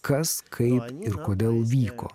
kas kaip ir kodėl vyko